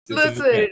Listen